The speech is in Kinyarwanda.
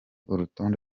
urutonde